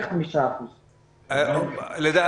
45%. --- ירידה - בטוח.